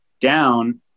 down